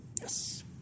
Yes